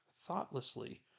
thoughtlessly